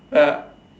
ya